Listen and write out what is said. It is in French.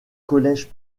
collège